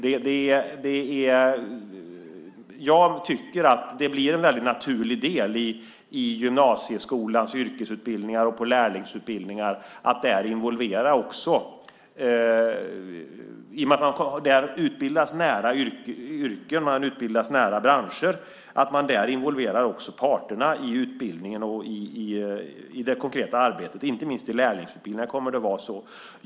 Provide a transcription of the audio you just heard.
Jag tycker att det blir en väldigt naturlig del att involvera detta i gymnasieskolans yrkesutbildningar och i lärlingsutbildningar. Där utbildas man nära yrken och branscher, och då är det naturligt att man där involverar också parterna i utbildningen och i det konkreta arbetet. Det kommer att vara så inte minst i lärlingsutbildningarna.